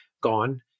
gone